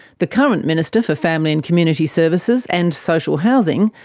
the current minister for family and community services, and social housing,